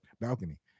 balcony